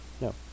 No